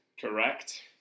Correct